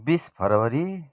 बिस फरवरी